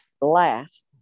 last